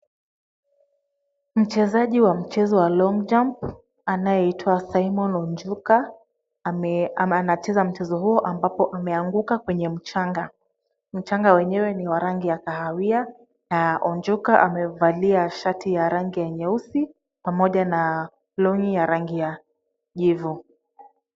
Mchezaji wa mchezo wa long jump anayeitwa Simon Onyuka anacheza mchezo huo ambapo ameanguka kwenye mchanga. Mchanga wenyewe ni wa rangi ya kahawia na Onyuka amevalia shati ya rangi ya nyeusi pamoja na long'i ya rangi ya jivu.